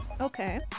Okay